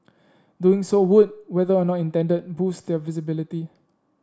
doing so would whether or not intended boost their visibility